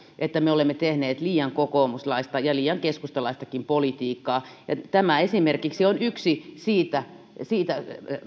että me olemme tehneet liian kokoomuslaista ja liian keskustalaistakin politiikkaa tämä esimerkiksi on yksi siitä